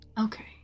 okay